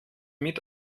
mit